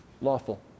lawful